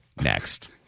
next